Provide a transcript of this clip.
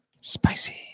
Spicy